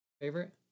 Favorite